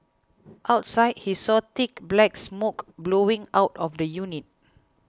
outside he saw thick black smoke billowing out of the unit